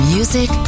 Music